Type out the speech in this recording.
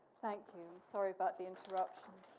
thank you. sorry about the interruptions.